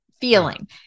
feeling